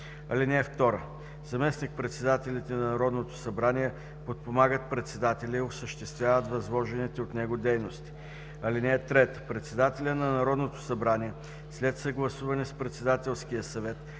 (2) Заместник-председателите на Народното събрание подпомагат председателя и осъществяват възложените от него дейности. (3) Председателят на Народното събрание, след съгласуване с Председателския съвет,